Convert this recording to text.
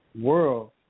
world